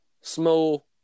small